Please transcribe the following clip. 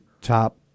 top